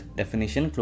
definition